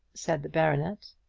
said the baronet.